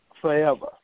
forever